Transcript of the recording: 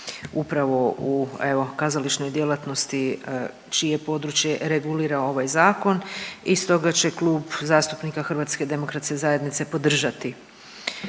upravo u evo kazališnoj djelatnosti čije područje regulira ovaj zakon. I stoga će Klub zastupnika HDZ-a podržati